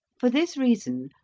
for this reason,